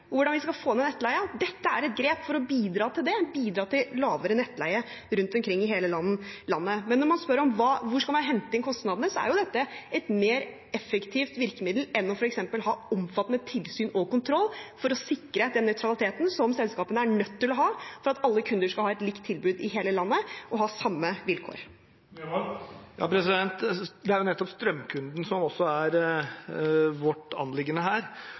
hvordan vi skal få ned den. Dette er et grep for å bidra til det, bidra til lavere nettleie rundt omkring i hele landet. Når man spør om hvor man skal hente inn kostnadene, er jo dette et mer effektivt virkemiddel enn f.eks. å ha omfattende tilsyn og kontroll for å sikre den nøytraliteten som selskapene er nødt til å ha for at alle kunder i hele landet skal ha et likt tilbud og ha samme vilkår. Det er nettopp strømkunden som også er vårt anliggende her.